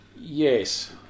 Yes